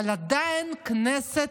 אבל עדיין הכנסת,